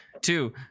Two